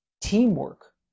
teamwork